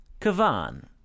Kavan